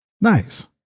nice